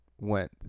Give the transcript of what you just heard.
went